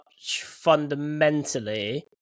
fundamentally